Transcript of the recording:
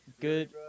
Good